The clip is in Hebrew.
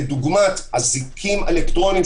כדוגמת אזיקים אלקטרוניים,